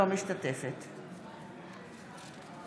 אינה משתתפת בהצבעה